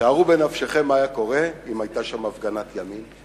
שערו בנפשכם מה היה קורה אם היתה שם הפגנת ימין.